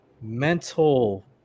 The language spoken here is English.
mental